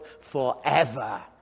forever